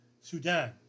Sudan